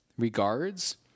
regards